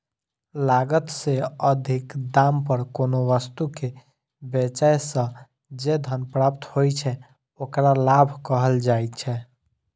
लागत सं अधिक दाम पर कोनो वस्तु कें बेचय सं जे धन प्राप्त होइ छै, ओकरा लाभ कहल जाइ छै